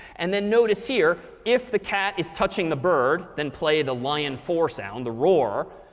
and then notice here, if the cat is touching the bird, then play the lion four sound the roar.